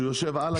שיושב על הגבול,